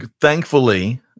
thankfully